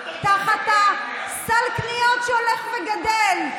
תחת סל הקניות שהולך וגדל?